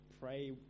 pray